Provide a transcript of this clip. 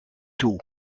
toe